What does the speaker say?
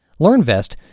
LearnVest